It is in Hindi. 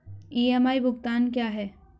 ई.एम.आई भुगतान क्या है?